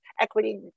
equity